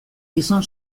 gizon